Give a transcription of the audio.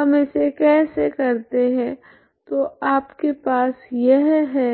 हम इसे कैसे करते है तो आपके पास यह है